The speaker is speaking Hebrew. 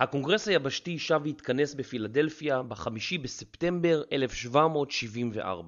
הקונגרס היבשתי שב והתכנס בפילדלפיה בחמישי בספטמבר 1774